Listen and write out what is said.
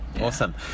awesome